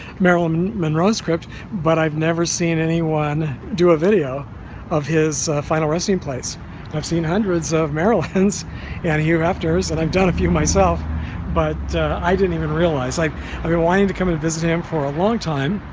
marilyn monroe's crypt but i've never seen anyone do a video of his final resting place i've seen hundreds of marilyn's and here afters and i've done a few myself but i didn't even realize like i've been wanting to come to visit him for a long time